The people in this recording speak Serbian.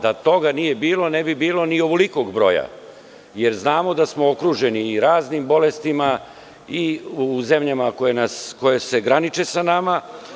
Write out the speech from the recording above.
Da toga nije bilo, ne bi bilo ni ovolikog broja, jer znamo da smo okruženi i raznim bolestima u zemljama koje se graniče sa nama.